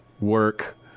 work